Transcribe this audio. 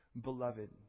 beloved